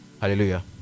hallelujah